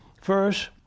first